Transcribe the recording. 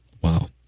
Wow